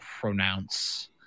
pronounce